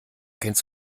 kennst